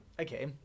Okay